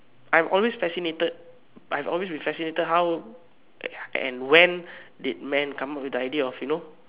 I'm always fascinated I have always been fascinated at how and when did man come out with the idea of you know